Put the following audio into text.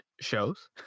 shows